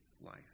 life